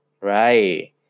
Right